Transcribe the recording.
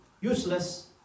useless